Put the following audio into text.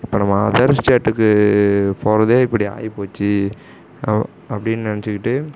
இப்போ நம்ம அதர் ஸ்டேட்டுக்கு போகிறதே இப்படி ஆயிப்போச்சு அப்படின்னு நினச்சிக்கிட்டு